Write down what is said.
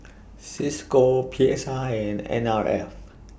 CISCO P S I and N R F